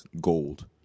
gold